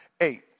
eight